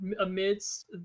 amidst